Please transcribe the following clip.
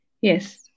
Yes